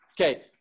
Okay